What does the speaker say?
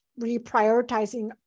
reprioritizing